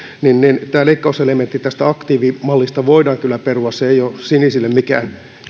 niin niin tämä leikkauselementti tästä aktiivimallista voidaan kyllä perua se ei ole sinisille mikään